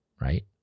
right